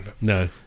No